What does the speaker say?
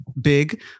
big